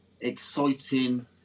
exciting